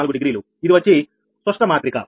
4 degree ఇది వచ్చి సుష్ట మాత్రిక